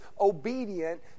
obedient